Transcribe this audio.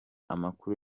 amakuru